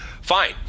fine